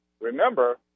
remember